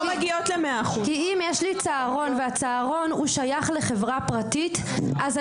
כי אם יש לי צהרון והצהרון שייך לחברה פרטית - אני